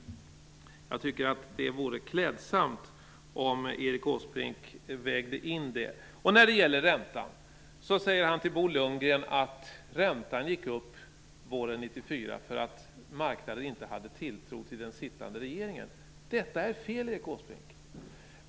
Jag tycker att det vore klädsamt om Erik Åsbrink vägde in det. När det gäller räntan säger Erik Åsbrink till Bo Lundgren att räntan gick upp våren 1994 därför att marknaden inte hade tilltro till den sittande regeringen. Detta är fel, Erik Åsbrink.